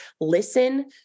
listen